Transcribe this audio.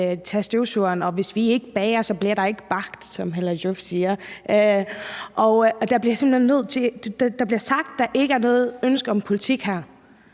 og hvis vi ikke bager, bliver der ikke bagt, som Hella Joof siger. Der bliver sagt, at der ikke er noget ønske om en politik her,